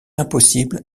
impossible